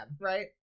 Right